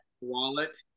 wallet